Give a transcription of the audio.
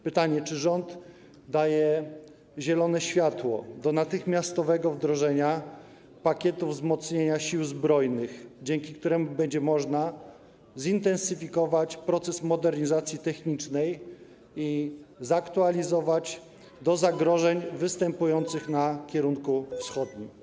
Pytanie, czy rząd daje zielone światło do natychmiastowego wdrożenia pakietu wzmocnienia Sił Zbrojnych, dzięki któremu będzie można zintensyfikować proces modernizacji technicznej i zaktualizować go wobec zagrożeń występujących na kierunku wschodnim.